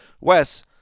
Wes